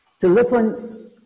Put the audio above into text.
Deliverance